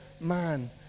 man